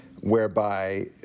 whereby